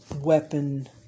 weapon